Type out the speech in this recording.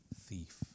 thief